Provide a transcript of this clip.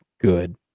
good